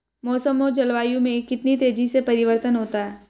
मौसम और जलवायु में कितनी तेजी से परिवर्तन होता है?